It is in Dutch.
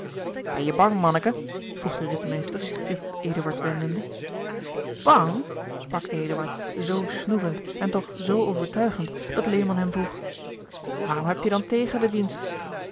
ben je bang manneke vroeg de ridmeester zich tot eduard wendende bang sprak eduard zoo snoevend en toch zoo overtuigend dat lehman hem vroeg waarom heb je dan tegen de dienst